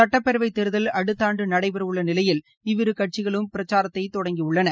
சட்டப்பேரவைத் தேர்தல் அடுத்த ஆண்டு நடைபெறவுள்ள நிலையில் இவ்விரு கட்சிகளும் பிரச்சாரத்தை தொடங்கி உள்ளன